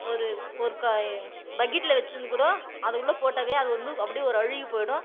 ஒரு ஒருக்கா பக்கெட்டில் வச்சுருந்துக்கூட அதை உள்ளே போட்டாவே அது வந்து அப்படியே ஒரு அழுகிப்போயிடும்